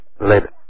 later